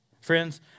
Friends